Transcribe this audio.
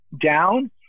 down